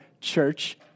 church